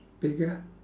bigger